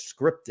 scripted